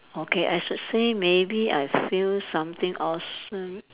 okay I should say maybe I feel something awesome